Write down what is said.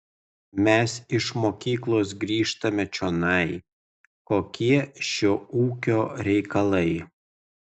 mes iš mokyklos grįžtame čionai kokie šio ūkio reikalai